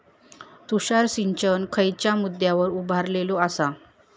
तुषार सिंचन खयच्या मुद्द्यांवर उभारलेलो आसा?